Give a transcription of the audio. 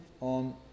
on